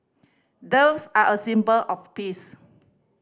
doves are a symbol of peace